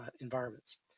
environments